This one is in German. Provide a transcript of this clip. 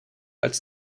als